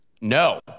No